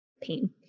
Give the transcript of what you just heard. pain